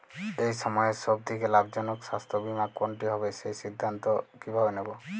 এই সময়ের সব থেকে লাভজনক স্বাস্থ্য বীমা কোনটি হবে সেই সিদ্ধান্ত কীভাবে নেব?